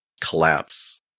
collapse